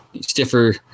stiffer